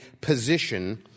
position